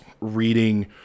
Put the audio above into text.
reading